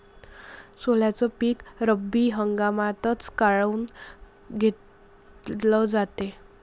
सोल्याचं पीक रब्बी हंगामातच काऊन घेतलं जाते?